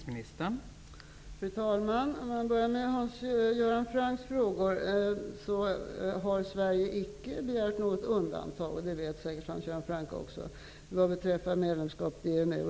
Fru talman! Angående Hans Göran Francks frågor: Sverige har icke begärt något undantag -- det vet säkert Hans Göran Franck också -- vad beträffar medlemskap i EMU.